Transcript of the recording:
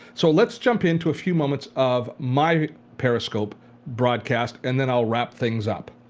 so let's jump into a few moments of my periscope broadcast and then i'll wrap things up.